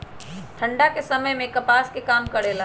ठंडा के समय मे कपास का काम करेला?